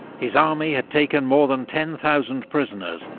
his army had taken more than ten thousand prisoners,